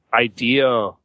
idea